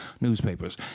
newspapers